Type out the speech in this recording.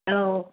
औ